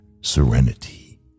serenity